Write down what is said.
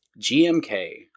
GMK